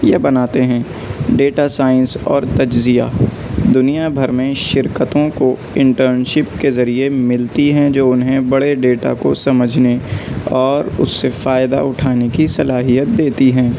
یا بناتے ہیں ڈیٹا سائنس اور تجزیہ دنیا بھر میں شرکتوں کو انٹرنشپ کے ذریعے ملتی ہیں جو انہیں بڑے ڈیٹا کو سمجھنے اور اس سے فائدہ اٹھانے کی صلاحیت دیتی ہیں